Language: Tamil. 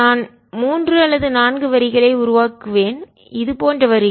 நான் மூன்று அல்லது நான்கு வரிகளை உருவாக்குவேன் இது போன்ற வரிகள்